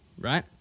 Right